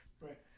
right